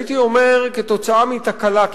הייתי אומר כתוצאה מתקלה כמעט.